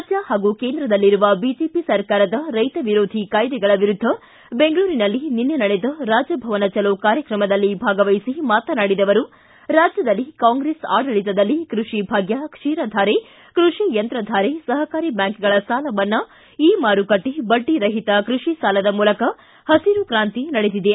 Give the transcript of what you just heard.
ರಾಜ್ಯ ಹಾಗೂ ಕೇಂದ್ರದಲ್ಲಿರುವ ಬಿಜೆಪಿ ಸರ್ಕಾರದ ರೈತವಿರೋಧಿ ಕಾಯ್ದೆಗಳ ವಿರುದ್ದ ಬೆಂಗಳೂರಿನಲ್ಲಿ ನಿನ್ನೆ ನಡೆದ ರಾಜಭವನ ಚಲೋ ಕಾರ್ಯತ್ರಮದಲ್ಲಿ ಭಾಗವಹಿಸಿ ಮಾತನಾಡಿದ ಅವರು ರಾಜ್ಯದಲ್ಲಿ ಕಾಂಗ್ರೆಸ್ ಆಡಳಿತದಲ್ಲಿ ಕೃಷಿಭಾಗ್ಯ ಕ್ಷೀರಧಾರೆ ಕೃಷಿ ಯಂತ್ರಧಾರೆ ಸಹಕಾರಿ ಬ್ಯಾಂಕ್ಗಳ ಸಾಲಮನ್ನಾ ಇ ಮಾರುಕಟ್ಟೆ ಬಡ್ಡಿರಹಿತ ಕೃಷಿ ಸಾಲದ ಮೂಲಕ ಪಸಿರುಕ್ರಾಂತಿ ನಡೆದಿದೆ